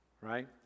Right